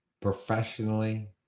Professionally